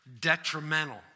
detrimental